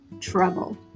trouble